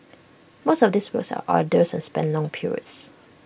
most of these works are arduous and span long periods